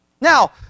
Now